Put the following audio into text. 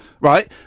Right